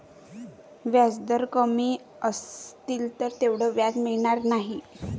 व्याजदर कमी असतील तर तेवढं व्याज मिळणार नाही